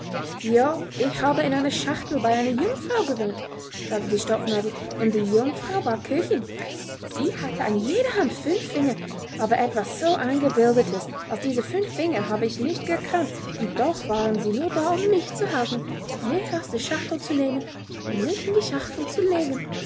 ja ich habe in einer schachtel bei einer jungfrau gewohnt sagte die stopfnadel und die jungfrau war köchin sie hatte an jeder hand fünf finger aber etwas so eingebildetes als diese fünf finger habe ich nicht gekannt und doch waren sie nur da um mich zu halten mich aus der schachtel zu nehmen und mich in die schachtel zu legen